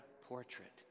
portrait